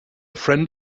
friend